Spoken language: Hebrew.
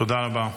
תודה רבה.